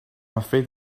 afraid